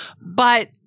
But-